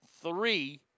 three